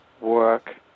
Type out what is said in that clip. work